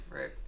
right